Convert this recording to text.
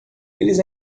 eles